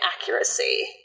accuracy